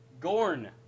Gorn